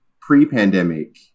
pre-pandemic